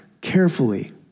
carefully